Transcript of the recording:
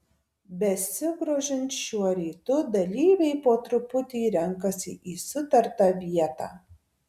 besigrožint šiuo rytu dalyviai po truputį renkasi į sutartą vietą